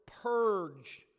purge